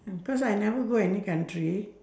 cause I never go any country